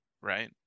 right